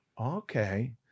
Okay